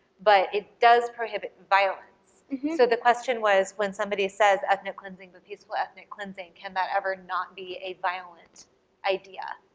but it does prohibit violence, so the question was when somebody says ethnic cleansing or but peaceful ethnic cleansing can that ever not be a violent idea,